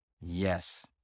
Yes